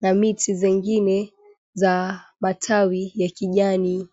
na miti zingine za matawi ya kijani.